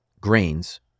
grains